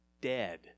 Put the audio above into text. dead